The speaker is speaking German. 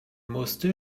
musste